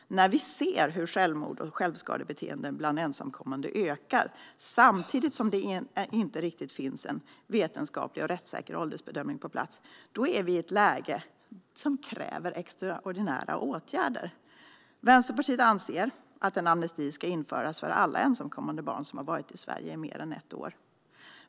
När vi ser hur självmord och självskadebeteende bland ensamkommande ökar, samtidigt som det inte riktigt finns en vetenskaplig och rättssäker åldersbedömning på plats, är vi i ett läge som kräver extraordinära åtgärder. Vänsterpartiet anser att en amnesti ska införas för alla ensamkommande barn som har varit i Sverige i mer än ett år.